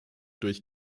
durch